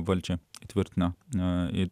valdžia tvirtino na ir